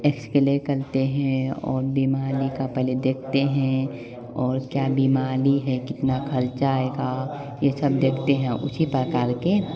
x ray करते हैं और बीमारी का पहले देखते हैं और क्या बीमारी है कितना खर्चा आएगा ये सब देखते हैं उसी प्रकार के